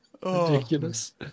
Ridiculous